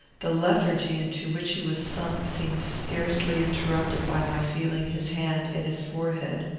the lethargy into which he was sunk seemed scarcely interrupted by my feeling his hand and his forehead.